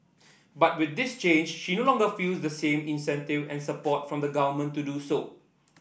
but with this change she no longer feels the same incentive and support from the Government to do so